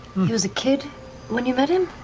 he was a kid when you met him?